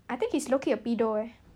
I thinks he's lowkey a pedo eh